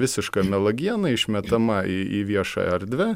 visiška melagiena išmetama į viešą erdvę